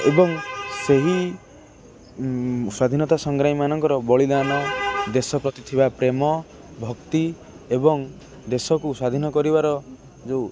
ଏବଂ ସେହି ସ୍ୱାଧୀନତା ସଂଗ୍ରାମୀ ମାନଙ୍କର ବଳିଦାନ ଦେଶ ପ୍ରତି ଥିବା ପ୍ରେମ ଭକ୍ତି ଏବଂ ଦେଶକୁ ସ୍ଵାଧୀନ କରିବାର ଯେଉଁ